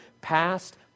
past